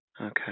Okay